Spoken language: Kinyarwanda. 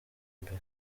imbere